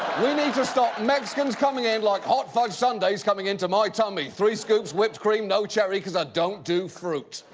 we need to stop mexicans coming in like hot fudge sundaes coming into my tummy, three scoops, whipped cream, no cherry, cause i don't do fruit.